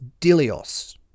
Dilios